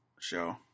show